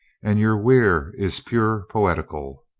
and your weir is pure poet ical.